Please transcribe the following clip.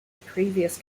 previous